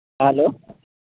hello